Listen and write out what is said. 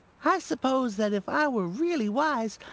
i suppose that if i were really wise,